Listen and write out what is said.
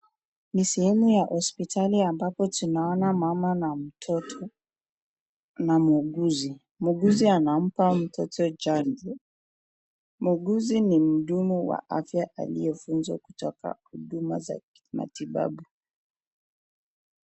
Ni sehemu ya hosiptali ambapo tunaona mama na mtoto na muuguzi, muuguzi anampa mtoto chanjo. Muuguzi ni mhudumu wa afya aliyefunzwa kutoka huduma za kimatibabu.